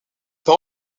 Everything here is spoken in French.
par